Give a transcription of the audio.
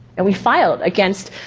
and we filed against,